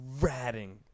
ratting